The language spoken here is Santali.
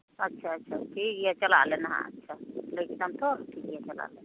ᱟᱪᱪᱷᱟ ᱟᱪᱪᱷᱟ ᱴᱷᱤᱠᱜᱮᱭᱟ ᱪᱟᱞᱟᱜ ᱟᱞᱮ ᱱᱟᱜ ᱞᱟᱹᱭ ᱠᱮᱫᱟᱢ ᱛᱚ ᱴᱷᱤᱠᱜᱮᱭᱟ ᱪᱟᱞᱟᱜ ᱟᱞᱮ